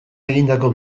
egindako